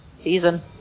Season